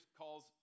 calls